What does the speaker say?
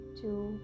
two